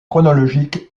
chronologique